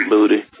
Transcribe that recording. Booty